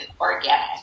organic